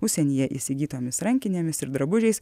užsienyje įsigytomis rankinėmis ir drabužiais